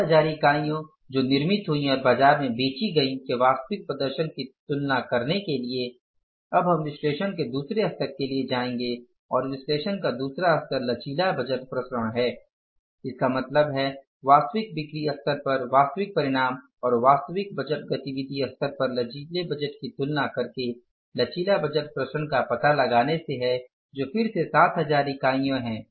7000 इकाइयों जो निर्मित हुयी और बाज़ार में बेची गई के वास्तविक प्रदर्शन की तुलना करने के लिए अब हम विश्लेषण के दूसरे स्तर के लिए जाएंगे और विश्लेषण का दूसरा स्तर लचीला बजट विचरण है इसका मतलब है वास्तविक बिक्री स्तर पर वास्तविक परिणाम और वास्तविक बजट गतिविधि स्तर पर लचीले बजट की तुलना करके लचीले बजट विचरण का पता लगाने से है जो फिर से 7000 इकाइयाँ हैं